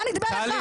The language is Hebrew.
מה נדמה לכם?